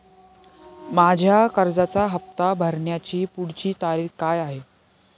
माझ्या कर्जाचा हफ्ता भरण्याची पुढची तारीख काय आहे?